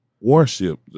warship